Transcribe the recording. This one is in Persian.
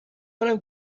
کنم